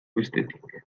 bestetik